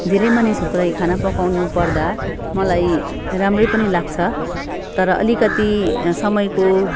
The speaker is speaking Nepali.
धेरै मानिसहरूको लागि खाना पकाउनु पर्दा मलाई राम्रो पनि लाग्छ तर अलिकति समयको